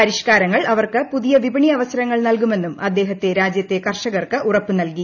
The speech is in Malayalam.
പരിഷ്കാരങ്ങൾ അവർക്ക് പുതിയ വിപണി അവസരങ്ങൾ നൽകുമെന്നും അദ്ദേഹം രാജ്യത്തെ കർഷകർക്ക് ഉറപ്പ് നൽകി